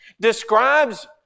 describes